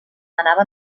anava